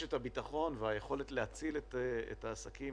רשת הביטחון והיכולת להציל את העסקים,